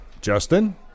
Justin